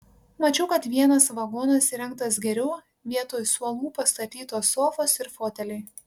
mačiau kad vienas vagonas įrengtas geriau vietoj suolų pastatytos sofos ir foteliai